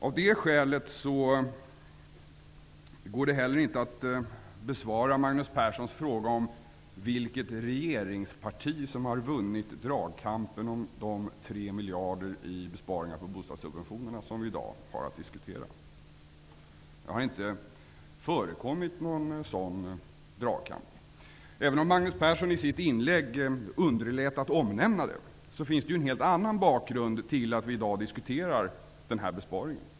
Av det skälet går det heller inte att besvara Magnus Perssons fråga om vilket regeringsparti som har vunnit dragkampen om de 3 miljarder i besparingar på bostadssubventionerna som vi i dag har att diskutera. Det har inte förekommit någon sådan dragkamp. Även om Magnus Persson i sitt inlägg underlät att omnämna det, finns det en helt annan bakgrund till att vi i dag diskuterar den här besparingen.